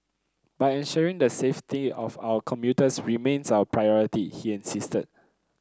but ensuring the safety of our commuters remains our priority he insisted